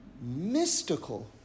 mystical